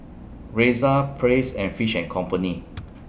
Razer Praise and Fish and Company